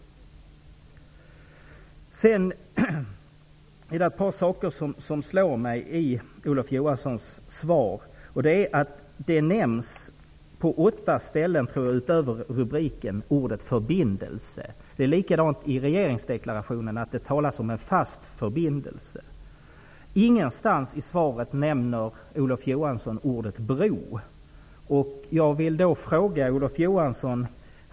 Det är ett par saker som slår mig i Olof Johanssons svar. På nio ställen, utöver rubriken, nämns ordet förbindelse. Även i regeringsdeklarationen talas det om en fast förbindelse. Ingenstans i svaret nämner Olof Johansson ordet bro.